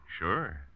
Sure